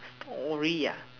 story ah